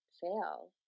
fail